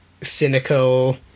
cynical